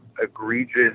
egregious